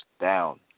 down